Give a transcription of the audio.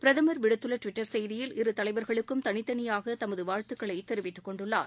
பிரதமர் விடுத்துள்ள டுவிட்டர் செய்தியில் இரு தலைவர்களுக்கும் தனித் தனியாக தமது வழத்துக்களை தெரிவித்துக் கொண்டுள்ளார்